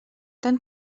tant